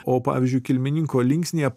o pavyzdžiui kilmininko linksnyje